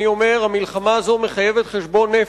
אני אומר: המלחמה הזאת מחייבת חשבון נפש.